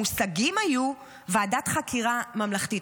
המושגים היו "ועדת חקירה ממלכתית".